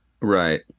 Right